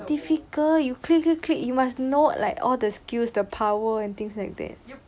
it's difficult you click click click you must know like all the skills the power and things like that